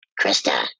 Krista